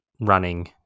running